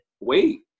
Wait